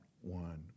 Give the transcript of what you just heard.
one